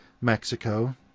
Mexico